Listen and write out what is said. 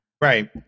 Right